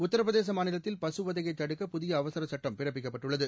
உத்தரப்பிரதேச மாநிலத்தில் பசுவதையை தடுக்க புதிய அவசரச் சுட்டம் பிறப்பிக்கப்பட்டுள்ளது